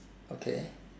okay